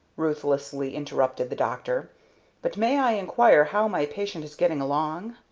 ruthlessly interrupted the doctor but may i inquire how my patient is getting along?